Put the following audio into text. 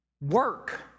work